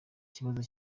ikibazo